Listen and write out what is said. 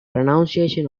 pronunciation